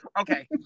okay